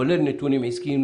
כולל נתונים עסקיים,